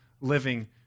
living